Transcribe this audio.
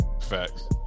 facts